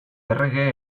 errege